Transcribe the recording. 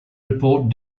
report